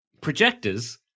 projectors